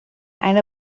and